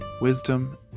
Wisdom